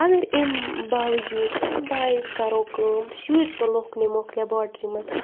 اگر امہِ باوجوٗد کَرو کٲم شُرۍ تُلووکھ نِمووکھ لٮ۪باٹرٛی منٛز